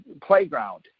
playground